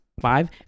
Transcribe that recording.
five